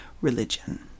religion